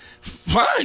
fine